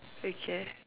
okay